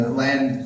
land